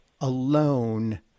alone